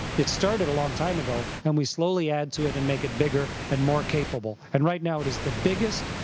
it started a long time ago, and we slowly add to it and make it bigger and more capable. and right now, it is the biggest,